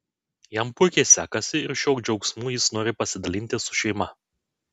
jam puikiai sekasi ir šiuo džiaugsmu jis nori pasidalinti su šeima